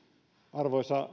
arvoisa